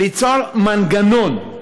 ליצור מנגנון,